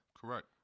Correct